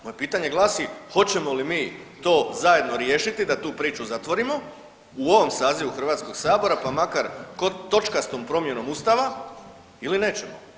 Moje pitanje glasi hoćemo li mi to zajedno riješiti da tu priču zatvorimo u ovom sazivu Hrvatskog sabora pa makar točkastom promjenom Ustava ili nećemo?